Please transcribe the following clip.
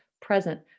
present